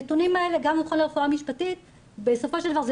שהנתונים האלה גם מהמכון לרפואה משפטית בסופו של דבר זה